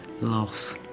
loss